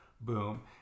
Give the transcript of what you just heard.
boom